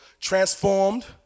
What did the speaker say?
transformed